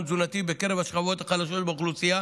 תזונתי בקרב השכבות החלשות באוכלוסייה,